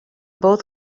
both